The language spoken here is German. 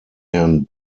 herrn